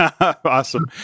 Awesome